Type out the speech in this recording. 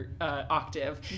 Octave